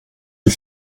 die